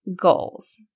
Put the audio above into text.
goals